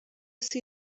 see